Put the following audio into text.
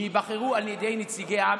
ייבחרו על ידי נציגי העם,